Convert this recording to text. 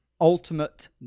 ultimate